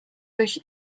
durch